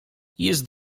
jest